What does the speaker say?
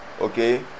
okay